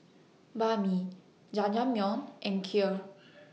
Banh MI Jajangmyeon and Kheer